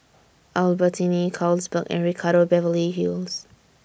Albertini Carlsberg and Ricardo Beverly Hills